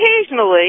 Occasionally